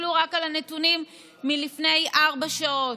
תסתכלו רק על הנתונים מלפני ארבע שעות.